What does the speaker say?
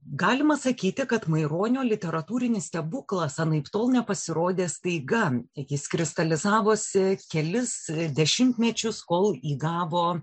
galima sakyti kad maironio literatūrinis stebuklas anaiptol nepasirodė staiga tik jis kristalizavosi kelis dešimtmečius kol įgavo